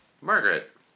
Margaret